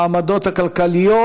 בעמדות הכלכליות,